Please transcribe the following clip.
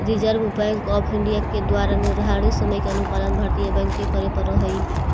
reserve bank of India के द्वारा निर्धारित नियम के अनुपालन भारतीय बैंक के करे पड़ऽ हइ